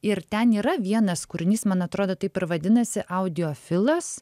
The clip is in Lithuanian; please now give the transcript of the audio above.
ir ten yra vienas kūrinys man atrodo taip ir vadinasi audiofilas